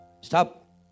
Stop